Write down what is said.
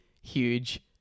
huge